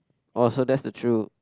oh so that's the true